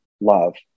love